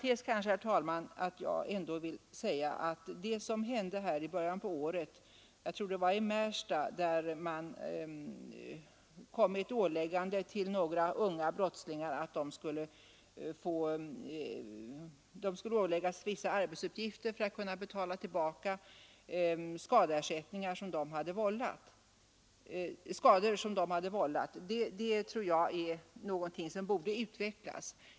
Inom parentes vill jag säga att det som hände i början av året — jag tror det var i Märsta — när man gav några unga brottslingar ett åläggande att utföra vissa arbetsuppgifter för att kunna betala skadeersättningar för skador som de hade vållat är någonting som borde utvecklas.